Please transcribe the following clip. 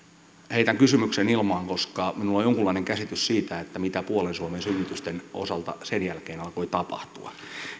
heitän kysymyksen ilmaan koska minulla on jonkunlainen käsitys siitä mitä puolen suomen synnytysten osalta sen jälkeen alkoi tapahtua